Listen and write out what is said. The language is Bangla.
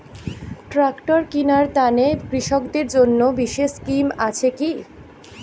ট্রাক্টর কিনার তানে কৃষকদের জন্য বিশেষ স্কিম আছি কি?